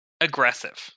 aggressive